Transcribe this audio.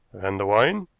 and the wine?